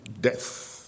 death